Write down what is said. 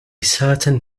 certain